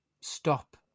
Stop